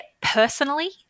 personally